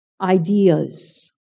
ideas